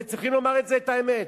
וצריכים לומר את זה, את האמת.